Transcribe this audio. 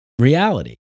reality